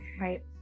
right